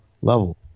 level